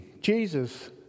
Jesus